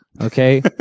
okay